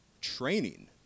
training